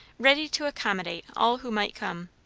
ready to accommodate all who might come.